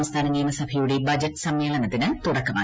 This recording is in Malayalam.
സംസ്ഥാന നിയമസഭയുടെ ബജറ്റ് സമ്മേളനത്തിന് തുടക്കമായി